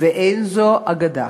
ואין זו אגדה,